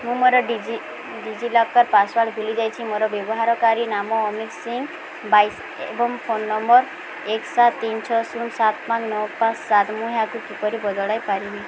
ମୁଁ ମୋର DigiLocker password ଭୁଲି ଯାଇଛି ମୋର ବ୍ୟବହାରକାରୀ ନାମ ଅମିତ ସିଂ ବାଇଶ ଏବଂ ଫୋନ୍ ନମ୍ବର୍ ଏକେ ସାତ ତିନି ଛଅ ଶୂନ ସାତ ପାଞ୍ଚ ନଅ ପାଞ୍ଚ ସାତ ମୁଁ ଏହାକୁ କିପରି ବଦଳାଇ ପାରିବି